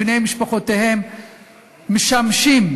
בני משפחותיהם משמשים,